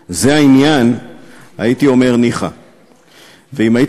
שקראתי בשמותיהם ולא יהיו